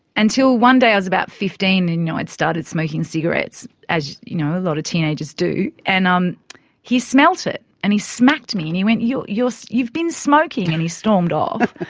until one day i was about fifteen and, you know, i'd started smoking cigarettes as, you know, a lot of teenagers do and um he smelt it. and he smacked me, and he went, you, you've you've been smoking. and he stormed off.